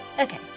Okay